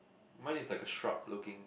mine is like a shrub looking